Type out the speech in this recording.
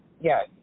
Yes